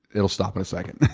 it will stop in a second.